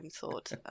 thought